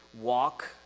walk